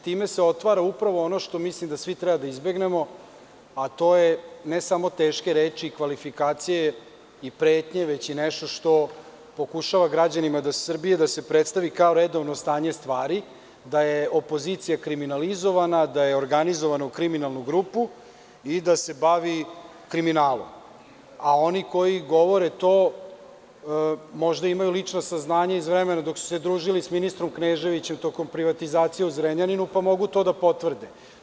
Time se otvara upravo ono što mislim da svi treba da izbegnemo, a to je ne samo teške reči, kvalifikacije i pretnje, već i nešto što pokušava građanima Srbije da se predstavi kao redovno stanje stvari, da je opozicija kriminalizovana, da je organizovana u kriminalnu grupu i da se bavi kriminalom, a oni koji govore to možda imaju lična saznanja iz vremena dok su se družili sa ministrom Kneževićem tokom privatizacije u Zrenjaninu, pa mogu to da potvrde.